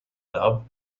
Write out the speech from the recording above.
dub